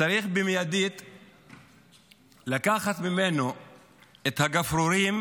צריך באופן מיידי לקחת ממנו את הגפרורים,